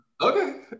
Okay